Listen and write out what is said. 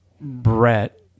Brett